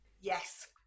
yes